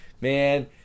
Man